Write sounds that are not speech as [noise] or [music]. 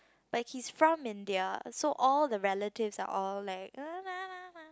but he's from India so all the relatives are all like [noise]